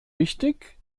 wichtig